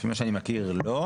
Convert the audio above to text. לפי מה שאני מכיר לא,